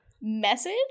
message